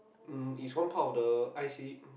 um it's one part of the eye seek